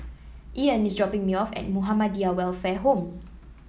Ian is dropping me off at Muhammadiyah Welfare Home